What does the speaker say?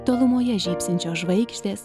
tolumoje žybsinčios žvaigždės